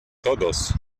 todos